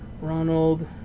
Ronald